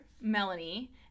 Melanie